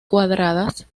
cuadradas